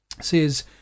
says